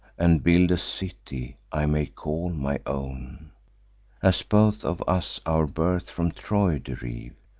and build a city i may call my own as both of us our birth from troy derive,